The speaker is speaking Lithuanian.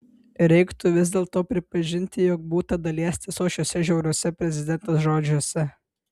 reiktų vis dėlto pripažinti jog būta dalies tiesos šiuose žiauriuose prezidentės žodžiuose